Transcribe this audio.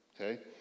okay